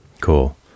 cool